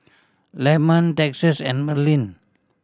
Lemon Texas and Merlin